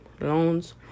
loans